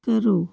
ਕਰੋ